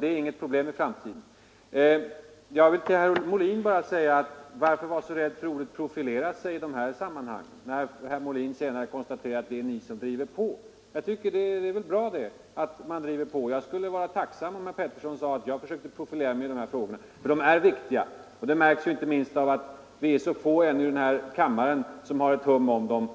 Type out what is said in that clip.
Det är väl bra att man driver på? Jag skulle för min del vara tacksam om herr Pettersson i Lund påstod att jag försökte profilera mig i dessa frågor. De är viktiga, vilket märks inte minst av att vi ännu är så få i denna kammare som har ett hum om dem,